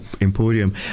Emporium